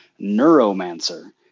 neuromancer